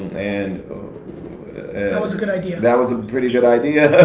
and that was a good idea. that was a pretty good idea.